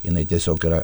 jinai tiesiog yra